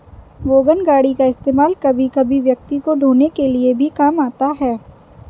wagon गाड़ी का इस्तेमाल कभी कभी व्यक्ति को ढ़ोने के लिए भी काम आता है